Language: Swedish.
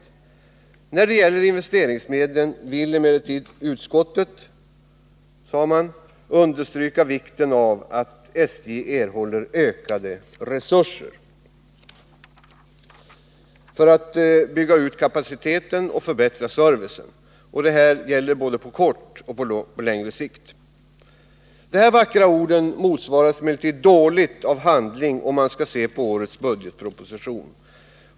När det gällde investeringsmedlen ville man emellertid ”understryka vikten av att SJ erhåller ökade resurser för att bygga ut kapaciteten och förbättra servicen. Det gäller både på kort och på längre sikt.” Dessa vackra ord motsvaras dåligt av handling, om man skall se till årets budgetproposition.